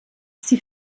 sie